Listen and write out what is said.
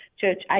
church